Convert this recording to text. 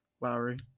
Lowry